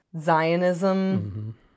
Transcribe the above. Zionism